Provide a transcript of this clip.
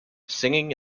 singing